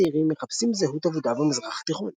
צעירים מחפשים זהות אבודה במזרח התיכון.